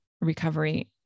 recovery